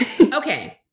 Okay